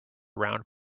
round